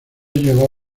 llegó